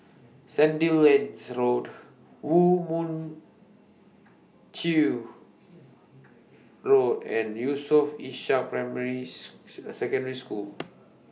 Sandilands Road Woo Mon Chew Road and Yusof Ishak Primary Secondary School